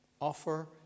offer